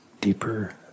deeper